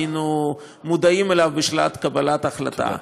שהיינו מודעים לו בשלב קבלת ההחלטה,